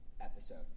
episode